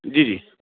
जी जी